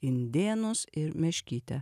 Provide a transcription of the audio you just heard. indėnus ir meškytę